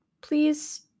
please